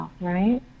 right